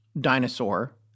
dinosaur